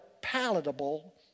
palatable